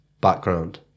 background